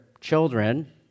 children